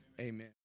Amen